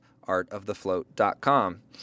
artofthefloat.com